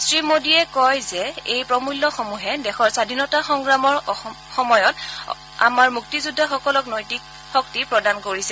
শ্ৰী মোদীয়ে কয় যে এই প্ৰমূল্যসমূহে দেশৰ স্বাধীনতা সংগ্ৰামৰ সময়ত আমাৰ মুক্তিযোদ্ধাসকলক নৈতিক শক্তি প্ৰদান কৰিছে